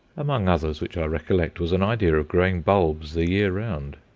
among others which i recollect was an idea of growing bulbs the year round!